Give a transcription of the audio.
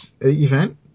event